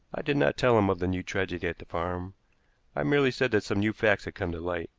i did not tell him of the new tragedy at the farm i merely said that some new facts had come to light,